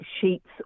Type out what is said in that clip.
sheets